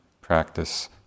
practice